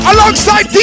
Alongside